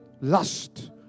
Lust